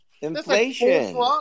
inflation